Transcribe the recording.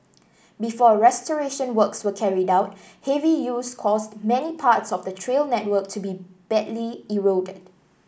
before restoration works were carried out heavy use caused many parts of the trail network to be badly eroded